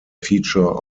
feature